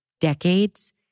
decades